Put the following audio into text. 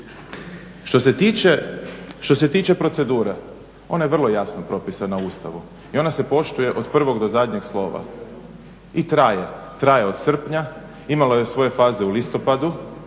Što se tiče procedure, ona je vrlo jasno propisana u Ustavu i ona se poštuje od prvog do zadnjeg slova. I traje, traje od srpnja, imala je svoje faze u listopadu,